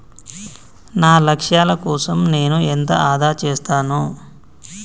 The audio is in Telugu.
నా లక్ష్యాల కోసం నేను ఎంత ఆదా చేస్తాను?